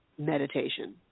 meditation